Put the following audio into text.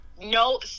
no